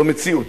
זו מציאות.